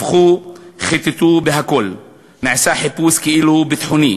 הפכו, חיטטו בכול, נעשה חיפוש כאילו ביטחוני.